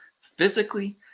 physically